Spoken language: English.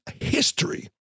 history